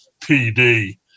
PD